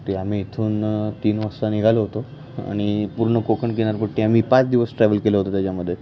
ते आम्ही इथून तीन वाजता निघालो होतो आणि पूर्ण कोकण किनारपुट्टी आम्ही पाच दिवस ट्रॅव्हल केलं होतं त्याच्यामध्ये